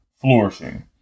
Flourishing